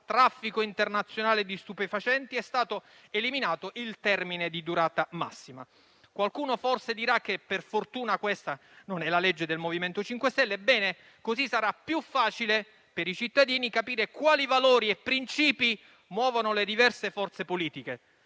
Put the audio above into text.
traffico internazionale di stupefacenti, è stato eliminato il termine di durata massima. Qualcuno forse dirà che per fortuna questa non è la legge del MoVimento 5 Stelle. Bene, così sarà più facile per i cittadini capire quali valori e principi muovono le diverse forze politiche.